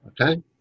Okay